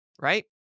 right